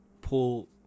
pull